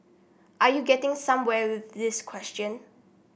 are you getting somewhere with this question